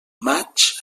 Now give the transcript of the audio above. maig